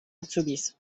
azubis